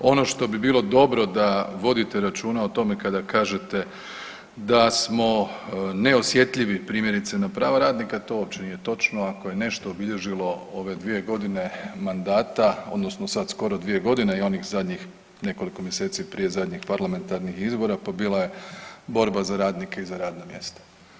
Ono što bi bilo dobro da vodite računa o tome kada kažete da smo neosjetljivi, primjerice, na prava radnika, to uopće nije točno, ako je nešto obilježilo ove dvije godine mandata, odnosno sad skoro 2 godine i onih zadnjih nekoliko mjeseci prije zadnjih parlamentarnih izbora, bila je borba za radnike i za radna mjesta.